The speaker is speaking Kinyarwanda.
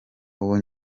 ubu